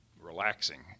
relaxing